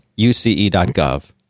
UCE.gov